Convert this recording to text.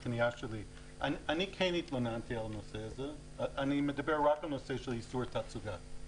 אני כן התלוננתי על הנושא הזה ואני מדבר רק על נושא איסור ההצגה.